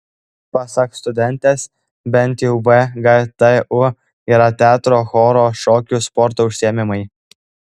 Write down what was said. pasak studentės bent jau vgtu yra teatro choro šokių sporto užsiėmimai